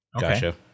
Gotcha